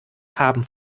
haben